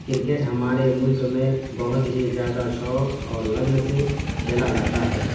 cricket ہمارے ملک میں بہت ہی زیادہ شوق اور لگن سے کھیلا جاتا ہے